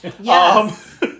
Yes